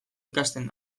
ikasten